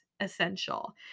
Essential